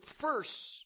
first